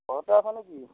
ঘৰতে আছ নেকি